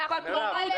זה פטרונות.